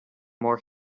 more